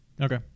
Okay